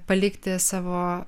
palikti savo